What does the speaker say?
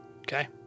Okay